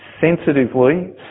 sensitively